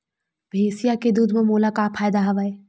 भैंसिया के दूध म मोला का फ़ायदा हवय?